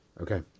Okay